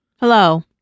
Hello